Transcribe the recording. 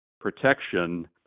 protection